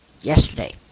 yesterday